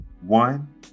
one